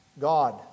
God